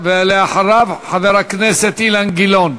ואחריו, חבר הכנסת אילן גילאון.